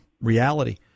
reality